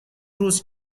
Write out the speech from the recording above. روز